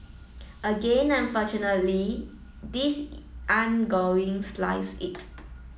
again unfortunately this ain't going slice it